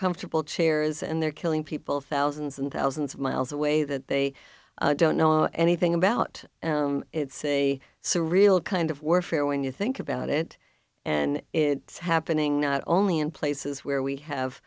comfortable chairs and they're killing people thousands and thousands of miles away that they don't know anything about it's a surreal kind of warfare when you think about it and it's happening not only in places where we have